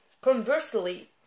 conversely